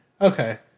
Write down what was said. Okay